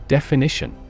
Definition